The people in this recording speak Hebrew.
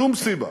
שום סיבה,